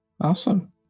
Awesome